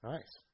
Nice